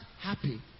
happy